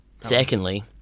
Secondly